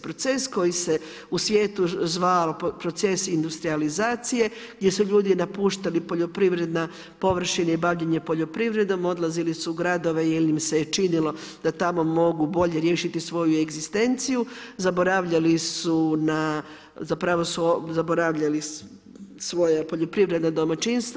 Proces koji se u svijetu zvao proces industrijalizacije gdje su ljudi napuštali poljoprivredne površine i bavljenje poljoprivredom, odlazili su u gradove jer im se je činilo da tamo mogu bolje riješiti svoju egzistenciju, zaboravljali su na, zapravo su zaboravljali svoja poljoprivredna domaćinstva.